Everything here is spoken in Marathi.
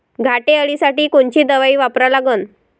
घाटे अळी साठी कोनची दवाई वापरा लागन?